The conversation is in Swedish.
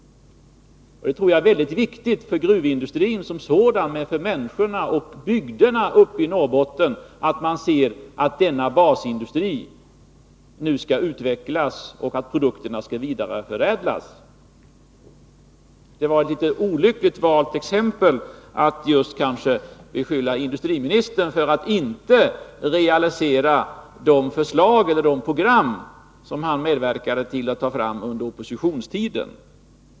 Jag tror att det är väldigt viktigt för gruvindustrin som Nr 143 sådan och för människorna och bygderna i Norrbotten att man ser att denna basindustri nu skall utvecklas och att produkterna skall vidareförädlas. Det var ett litet olyckligt valt exempel att beskylla industriministern för att inte realisera det program som han medverkade till att ta fram under oppositionstiden.